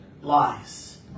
Lies